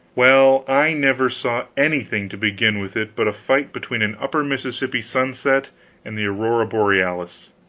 well, i never saw anything to begin with it but a fight between an upper mississippi sunset and the aurora borealis.